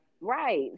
right